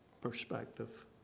perspective